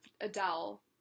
Adele